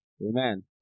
Amen